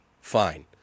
fine